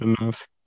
enough